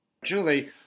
Julie